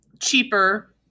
cheaper